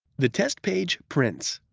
the test page prints.